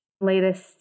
latest